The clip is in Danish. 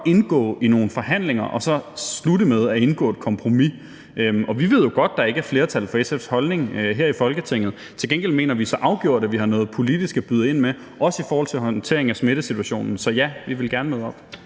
indgå i nogle forhandlinger og så slutte med at indgå et kompromis, og vi ved jo godt, at der ikke er flertal for SF's holdning her i Folketinget. Til gengæld mener vi så afgjort, at vi har noget politisk at byde ind med, også i forhold til håndteringen af smittesituationen. Så ja, vi vil gerne møde op.